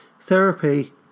therapy